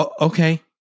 okay